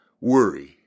Worry